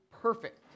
perfect